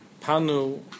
panu